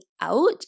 out